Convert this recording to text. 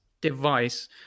device